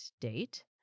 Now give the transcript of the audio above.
date